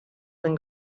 been